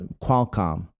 Qualcomm